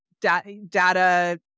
data